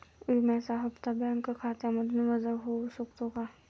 विम्याचा हप्ता बँक खात्यामधून वजा होऊ शकतो का?